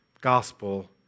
gospel